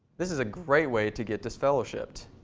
this is great way to get disfellowshipped.